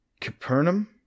Capernaum